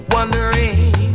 Wondering